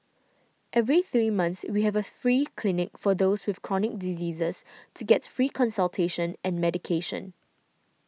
every three months we have a free clinic for those with chronic diseases to get free consultation and medication